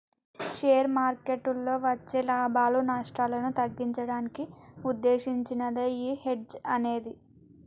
share మార్కెట్టులో వచ్చే లాభాలు, నష్టాలను తగ్గించడానికి వుద్దేశించినదే యీ హెడ్జ్ అనేది